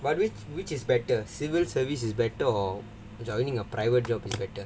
but with which is better civil service is better or joining a private job is better